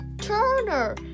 Turner